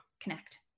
connect